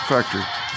Factory